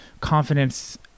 confidence